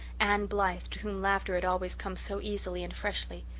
anne blythe, to whom laughter had always come so easily and freshly.